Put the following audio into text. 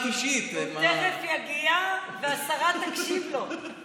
הוא תכף יגיע, והשרה תקשיב לו.